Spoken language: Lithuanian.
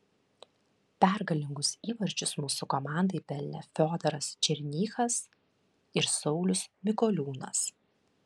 pergalingus įvarčius mūsų komandai pelnė fiodoras černychas ir saulius mikoliūnas